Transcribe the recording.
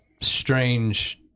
strange